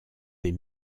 des